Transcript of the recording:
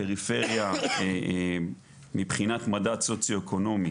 פריפריה מבחינת מדד סוציו אקונומי